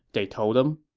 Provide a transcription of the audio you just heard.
they told him